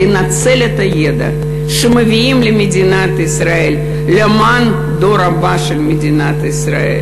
לנצל את הידע שמביאים למדינת ישראל למען הדור הבא של מדינת ישראל,